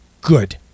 good